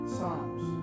Psalms